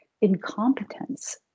incompetence